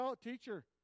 teacher